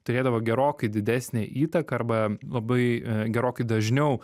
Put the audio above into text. turėdavo gerokai didesnę įtaką arba labai gerokai dažniau